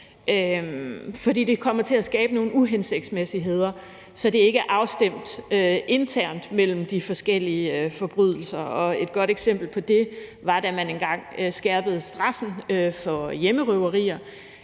for det kommer til at skabe nogle uhensigtsmæssigheder, så det ikke er afstemt i forhold til de forskellige forbrydelser. Et godt eksempel på det var, da man engang skærpede straffen for hjemmerøverier.